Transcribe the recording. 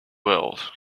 world